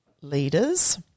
leaders